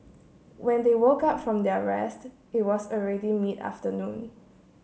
when they woke up from their rest it was already mid afternoon